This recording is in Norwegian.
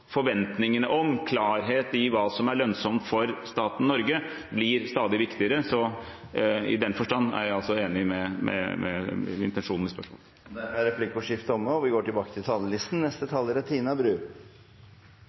forventningene om og klarhet i hva som er lønnsomt for staten Norge, blir stadig viktigere. I den forstand er jeg enig i intensjonen i spørsmålet. Dermed er replikkordskiftet omme.